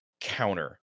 counter